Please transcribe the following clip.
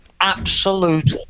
absolute